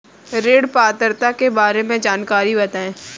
ऋण पात्रता के बारे में जानकारी बताएँ?